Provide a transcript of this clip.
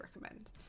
recommend